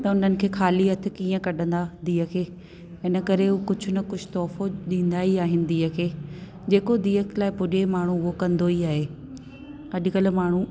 त उन्हनि खे खाली हथु कीअं कढ़ंदा धीउ खे हिन करे उहे कुझु न कुझु तोहफ़ो ॾींदा ई आहिनि धीउ खे जेको धीअ लाइ पुजे माण्हू उहो कंदो ई आहे अॼुकल्ह माण्हू